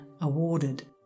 awarded